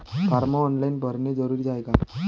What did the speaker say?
Form online भरने जरुरीचे हाय का?